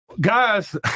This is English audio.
Guys